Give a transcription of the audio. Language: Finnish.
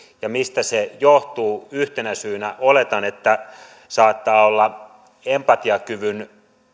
mistä se johtuu yhtenä syynä oletan saattaa olla empatiakyvyn